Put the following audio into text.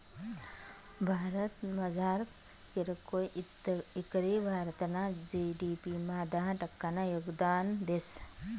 भारतमझार कीरकोय इकरी भारतना जी.डी.पी मा दहा टक्कानं योगदान देस